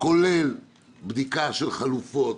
כולל בדיקה של חלופות,